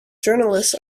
journalist